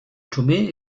tomé